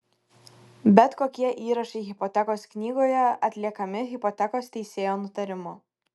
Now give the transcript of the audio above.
bet kokie įrašai hipotekos knygoje atliekami hipotekos teisėjo nutarimu